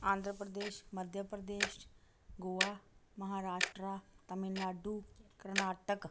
आध्रं Pradesh Madhya Pradesh Goa Maharashtra Tamil Nadu Karnataka